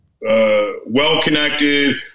Well-connected